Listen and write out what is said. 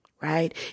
right